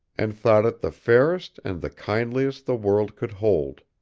and thought it the fairest and the kindliest the world could hold.